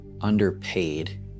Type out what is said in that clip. underpaid